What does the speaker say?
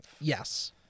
Yes